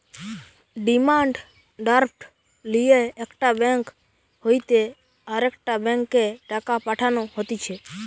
demand draft লিয়ে একটা bank হইতে আরেকটা ব্যাংকে টাকা পাঠানো হতিছে